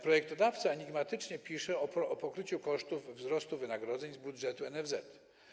Projektodawca enigmatycznie pisze o pokryciu kosztów wzrostu wynagrodzeń z budżetu NFZ.